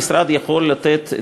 המשרד יכול לתת,